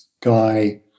guy